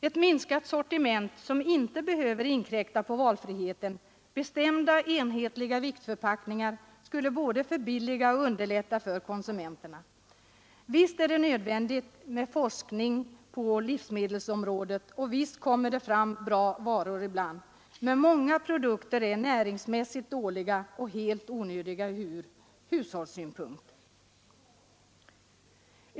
Ett minskat sortiment, som inte behöver inkräkta på valfriheten, och bestämda, enhetliga viktförpackningar skulle både förbilliga och underlätta för konsumenterna. Visst är det nödvändigt med forskning på livsmedelsområdet, och visst kommer det fram bra varor ibland. Men många produkter är näringsmässigt dåliga och helt onödiga ur hushållssynpunkt.